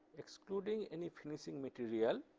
excluding any finishing material